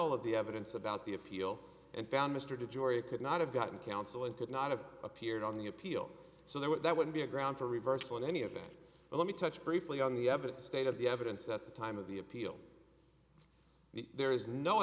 all of the evidence about the appeal and found mr de joria could not have gotten counsel and could not have appeared on the appeal so there was that would be a ground for reversal of any of that but let me touch briefly on the evidence state of the evidence at the time of the appeal there is no